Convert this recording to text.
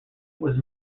was